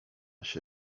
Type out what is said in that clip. się